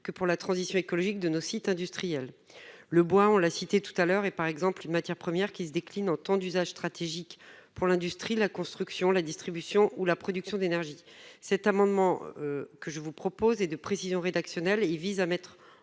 que pour la transition écologique de nos sites industriels. Le bois, on l'a cité tout à l'heure et par exemple une matière première qui se décline en temps d'usage stratégique pour l'industrie, la construction, la distribution ou la production d'énergie. Cet amendement. Que je vous propose et de précision rédactionnelle et il vise à mettre en